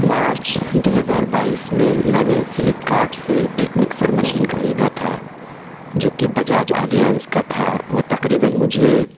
مارچ دو ہزار بائیس میں میں نے فلپکارٹ سے ایک مکسر مشین خریدا تھا جوکہ بجاج آلیانز کا تھا وہ تقریباً مجھے